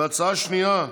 והצעה שנייה,